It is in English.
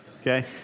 Okay